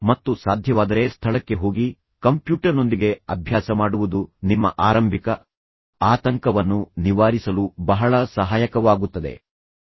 ಮತ್ತು ಸಾಧ್ಯವಾದರೆ ಸ್ಥಳಕ್ಕೆ ಹೋಗಿ ಕಂಪ್ಯೂಟರ್ನೊಂದಿಗೆ ಅಭ್ಯಾಸ ಮಾಡುವುದು ನಿಮ್ಮ ಆರಂಭಿಕ ಆತಂಕವನ್ನು ನಿವಾರಿಸಲು ಬಹಳ ಸಹಾಯಕವಾಗುತ್ತದೆ ಮತ್ತು ಪ್ರಯೋಜನಕಾರಿಯಾಗುತ್ತದೆ